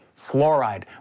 Fluoride